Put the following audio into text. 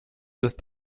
ist